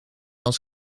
als